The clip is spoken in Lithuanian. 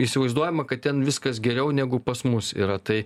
įsivaizduojama kad ten viskas geriau negu pas mus yra tai